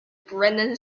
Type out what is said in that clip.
brennan